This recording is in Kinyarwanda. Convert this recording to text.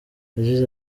yagize